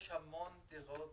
יש המון דירות